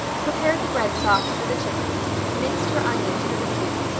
prepared the bread sauce for the chickens, minced her onions for the soup,